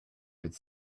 could